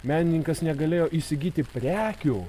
menininkas negalėjo įsigyti prekių